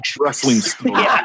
wrestling